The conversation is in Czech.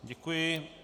Děkuji.